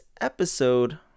episode